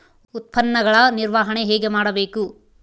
ಉತ್ಪನ್ನಗಳ ನಿರ್ವಹಣೆ ಹೇಗೆ ಮಾಡಬೇಕು?